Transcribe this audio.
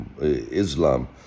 islam